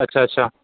अच्छा अच्छा